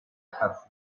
have